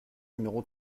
numéro